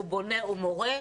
הוא בונה ובורא,